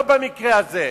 לא במקרה הזה,